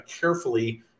carefully